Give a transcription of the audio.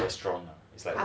strong it's like